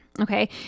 Okay